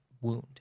wound